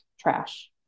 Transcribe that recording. trash